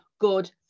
good